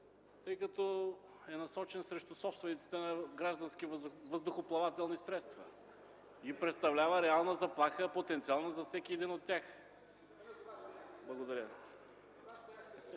тъй като е насочен срещу собствениците на граждански въздухоплавателни средства и представлява реална потенциална заплаха за всеки един от тях. Благодаря.